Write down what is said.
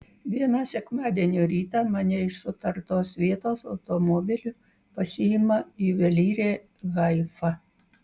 vieną sekmadienio rytą mane iš sutartos vietos automobiliu pasiima juvelyrė haifa